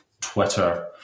Twitter